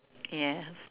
yes